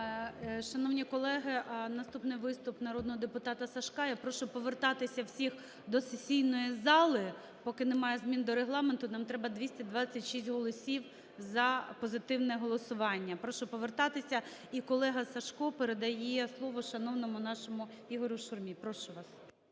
Шановні колеги, наступний виступ народного депутата Сажка. Я прошу повертатися всіх до сесійної зали. Поки немає змін до Регламенту, нам треба 226 голосів за позитивне голосування. Прошу повертатися. І колега Сажко передає слово шановному нашому Ігорю Шурмі. Прошу вас.